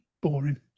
boring